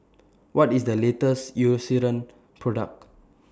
What IS The latest Eucerin Product